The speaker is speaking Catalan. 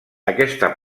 aquesta